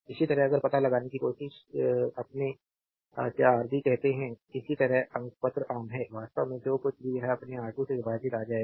इसी तरह अगर पता लगाने की कोशिश अपने क्या आरबी कहते हैं इसी तरह अंकपत्र आम है वास्तव में जो कुछ भी यह अपने R2 से विभाजित आ जाएगा